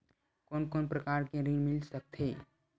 कोन कोन प्रकार के ऋण मिल सकथे?